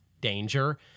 danger